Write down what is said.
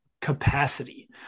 capacity